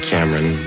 Cameron